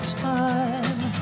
time